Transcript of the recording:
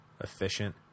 efficient